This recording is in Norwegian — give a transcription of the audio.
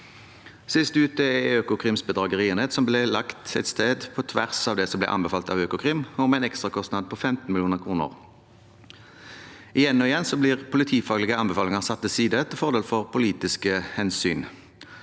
Sist ute er Økokrims bedragerienhet, som ble lagt et sted på tvers av det som ble anbefalt av Økokrim, og med en ekstrakostnad på 15 mill. kr. Igjen og igjen blir politifaglige anbefalinger satt til side til fordel for politiske hensyn.